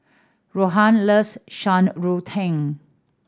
Rohan loves Shan Rui Tang